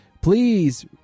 Please